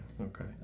okay